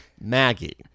Maggie